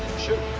shoot.